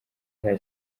nta